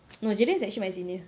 no jaden is actually my senior